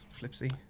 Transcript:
Flipsy